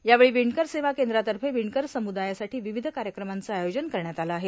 यावेळी विणकर सेवा केंद्रातर्फे विणकर समुदायासाठी विविध कार्यक्रमांचं आयोजन करण्यात आलं आहे